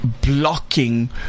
blocking